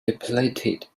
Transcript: depleted